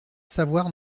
savoir